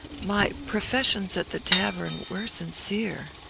my professions at the tavern were sincere.